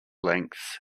lengths